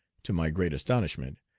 to my great astonishment,